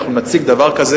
אנחנו נציג דבר כזה?